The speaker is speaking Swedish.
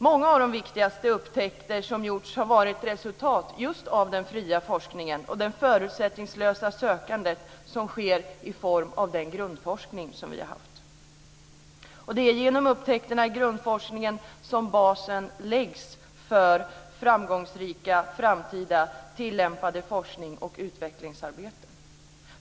Många av de viktigaste upptäckter som gjorts har varit resultat just av den fria forskningen och det förutsättningslösa sökande som sker i form av den grundforskning vi har haft. Det är genom upptäckterna i grundforskningen som basen läggs för framgångsrikt framtida tillämpat forsknings och utvecklingsarbete.